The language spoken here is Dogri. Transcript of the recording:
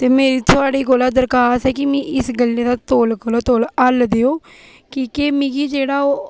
ते मिगी थुआढ़े कोला दरखास्त ऐ कि मिगी इस गल्लै दा तोलै कोला तोलै हल्ल देओ कि केह् मिगी जेह्ड़ा ओह्